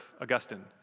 Augustine